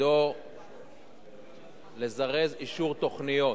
תפקידו לזרז אישור תוכניות,